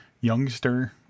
youngster